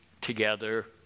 together